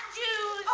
you